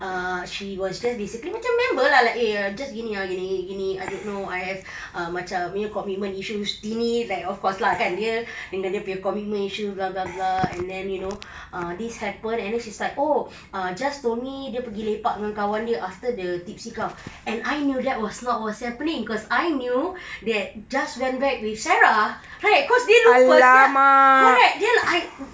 ah she was just basically macam member lah eh jas gini gini gini I don't know I have ah macam you know commitment issues tini like of course lah kan dia dengan dia punya commitment issue blah blah blah and then you know ah this happen and then she's like oh jas told me dia pergi lepak dengan kawan dia after the tipsy cow and I knew that was not was happening cause I knew that jas went back with sarah !hey! cause dia lupa sia correct then I